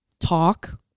talk